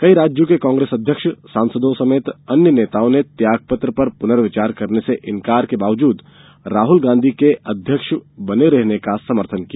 कई राज्यों के कांग्रेस अध्यक्ष सांसदों समेत अन्य नेताओं ने त्याग पत्र पर पुनर्विचार करने से इंकार के बावजूद राहुल गांधी के कांग्रेस अध्यक्ष बने रहने का समर्थन किया